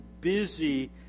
busy